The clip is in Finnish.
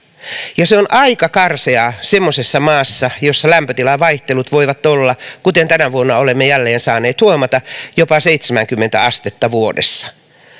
se on aika karseaa semmoisessa maassa jossa lämpötilan vaihtelut voivat olla kuten tänä vuonna olemme jälleen saaneet huomata jopa seitsemänkymmentä astetta vuodessa